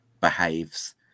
behaves